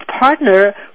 partner